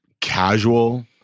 casual